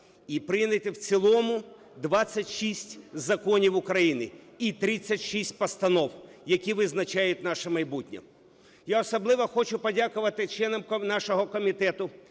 і прийнято в цілому 26 законів України і 36 постанов, які визначають наше майбутнє. Я особливо хочу подякувати членам нашого комітету,